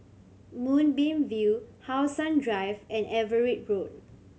Moonbeam View How Sun Drive and Everitt Road